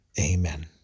Amen